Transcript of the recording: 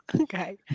Okay